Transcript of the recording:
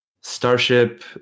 starship